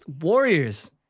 warriors